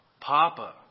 Papa